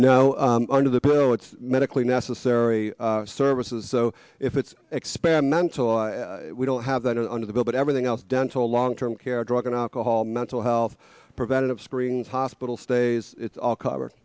now under the bill it's medically necessary services so if it's experimental we don't have that under the bill but everything else down to long term care drug and alcohol mental health preventative screenings hospital stays it's all covered